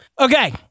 Okay